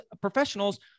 professionals